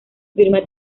firma